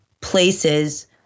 places